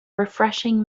refreshing